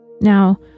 Now